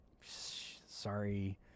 sorry